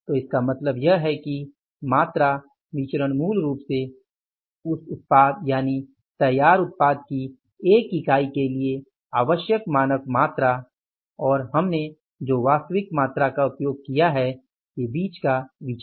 तो इसका मतलब यह है कि मात्रा विचरण मूल रूप से उस उत्पाद यानि तैयार उत्पाद की 1 इकाई के लिए आवश्यक मानक मात्रा और हमने जो वास्तविक मात्रा का उपयोग किया है के बीच का विचरण है